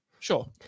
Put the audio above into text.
Sure